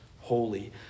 holy